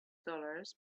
dollars